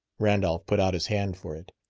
randolph put out his hand for it.